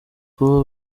kuba